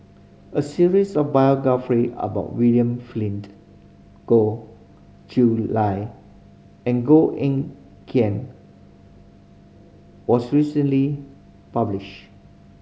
a series of biography about William Flint Goh Chiew Lye and Goh Eng Kian was recently published